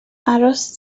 aros